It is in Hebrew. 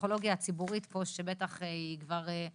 הפסיכולוגיה הציבורית פה שבטח היא כבר,